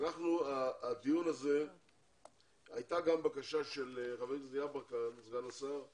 הייתה גם בקשה של סגן השר יברקן